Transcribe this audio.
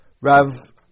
Rav